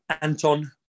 Anton